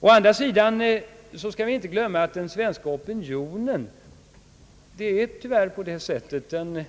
Men vi skall inte glömma, att det tyvärr är på det sättet att den svenska opinionen